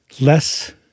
less